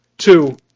Two